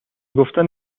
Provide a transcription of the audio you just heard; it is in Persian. گفتن